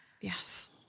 yes